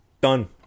done